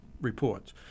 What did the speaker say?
reports